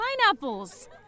Pineapples